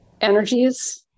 energies